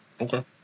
Okay